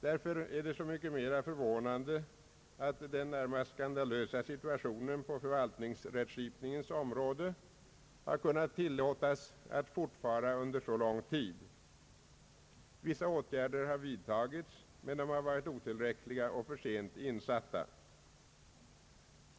Det är därför så mycket mer förvånande att den närmast skandalösa situationen på förvaltningsrättskipningens område har kunnat tillåtas att fortfara under så lång tid. Vissa åtgärder har vidtagits, men de har varit otillräckliga och för sent insatta.